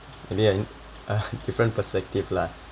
maybe in uh different perspective lah